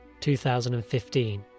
2015